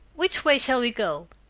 which way shall we go?